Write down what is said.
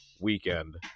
weekend